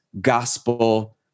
gospel